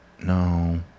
No